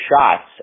shots